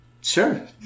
Sure